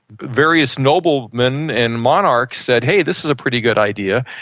various nobleman and monarchs said, hey, this is a pretty good idea,